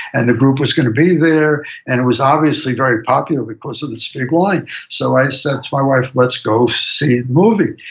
and the group was going to be there, and it was obviously very popular because of this big line so i said to my wife, let's go see the movie,